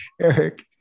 Eric